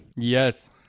Yes